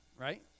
right